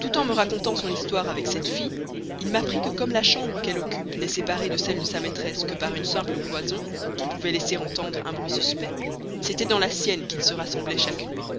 tout en me racontant son histoire avec cette fille il m'apprit que comme la chambre qu'elle occupe n'est séparée de celle de sa maîtresse que par une simple cloison qui pouvait laisser entendre un bruit suspect c'était dans la sienne qu'ils se rassemblaient chaque nuit